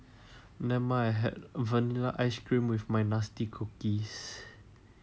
never mind I had vanilla ice cream with my nasty cookies